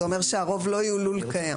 זה אומר שהרוב לא יהיו לול קיים.